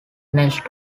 next